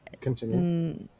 continue